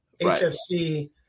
hfc